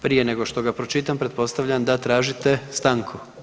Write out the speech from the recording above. Prije nego što ga pročitam, pretpostavljam da tražite stanku.